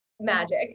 magic